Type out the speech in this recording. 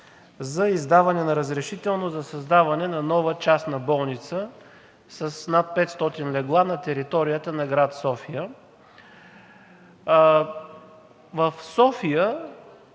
за издаване на разрешително за създаване на нова частна болница с над 500 легла на територията на град София. В София